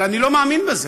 אבל אני לא מאמין בזה.